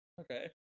Okay